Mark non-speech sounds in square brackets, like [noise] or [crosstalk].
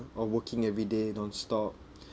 or working everyday nonstop [breath]